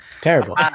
Terrible